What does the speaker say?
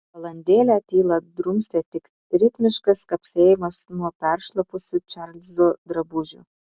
valandėlę tylą drumstė tik ritmiškas kapsėjimas nuo peršlapusių čarlzo drabužių